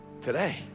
today